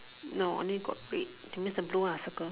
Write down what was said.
no only got red that means the blue one I circle